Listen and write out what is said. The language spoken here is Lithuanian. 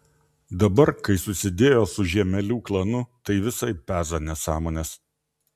dabar kai susidėjo su žiemelių klanu tai visai peza nesąmones